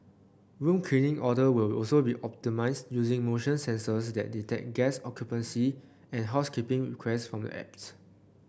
room cleaning order will also be optimised using motion sensors that detect guest occupancy and housekeeping request from the apps